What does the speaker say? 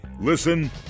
Listen